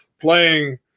playing